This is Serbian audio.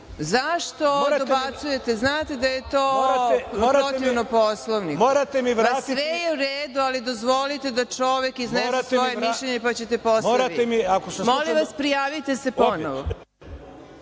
Zašto dobacujete? Znate da je to protivno Poslovniku. Sve je u redu, ali dozvolite da čovek iznese svoje mišljenje, pa ćete posle vi. Molim vas, prijavite se